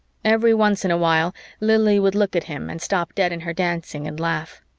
every once in a while lili would look at him and stop dead in her dancing and laugh.